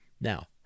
Now